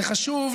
זה חשוב,